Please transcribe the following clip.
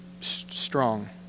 strong